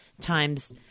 times